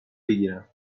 بگیرم